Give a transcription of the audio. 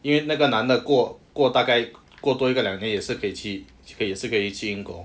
因为那个男的过过大概过多一个两年也是可以去也是可以去英国